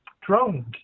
drones